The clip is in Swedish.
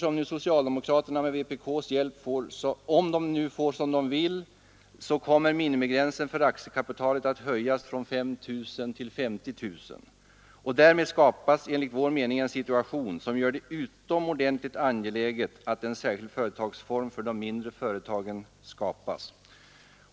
Om nu socialdemokraterna med vpk:s hjälp får som de vill, så kommer ju minimigränsen för aktiekapitalet att höjas från 5 000 till 50 000 kronor. Därmed skapas enligt vår mening en situation som gör det utomordentligt angeläget att en särskild företagsform för de mindre företagen skapas.